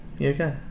okay